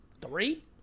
Three